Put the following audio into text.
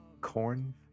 corn